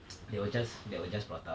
that was just that was just brought up